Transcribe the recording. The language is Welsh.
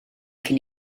cyn